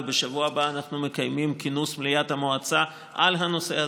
ובשבוע הבא אנחנו מקיימים כינוס מליאת המועצה על הנושא הזה: